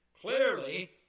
Clearly